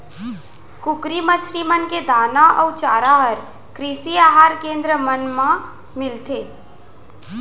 कुकरी, मछरी मन के दाना अउ चारा हर कृषि अहार केन्द्र मन मा मिलथे